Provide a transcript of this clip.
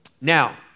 Now